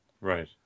Right